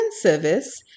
Service